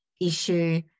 issue